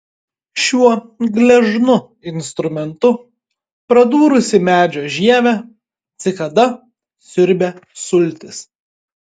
šiuo gležnu instrumentu pradūrusi medžio žievę cikada siurbia sultis